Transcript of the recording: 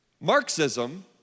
Marxism